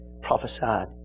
prophesied